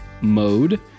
mode